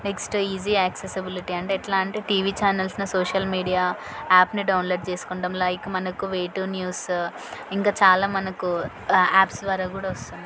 next easy accessibility అంటే ఎట్లా అంటే టీవీ ఛానల్స్లో సోషల్ మీడియా యాప్ని డౌన్లోడ్ చేసుకుంటాం లైక్ మనకు వేటు న్యూస్ ఇంకా చాలా మనకు యాప్స్ ద్వారా కూడా వస్తున్నాయి